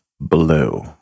blue